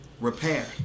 repair